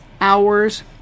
hours